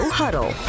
huddle